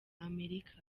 amerika